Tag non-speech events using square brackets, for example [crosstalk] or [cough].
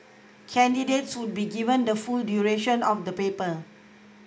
[noise] candidates would be given the full duration of the paper